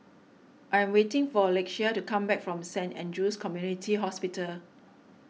I'm waiting for Lakeshia to come back from Saint andrew's Community Hospital